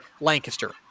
Lancaster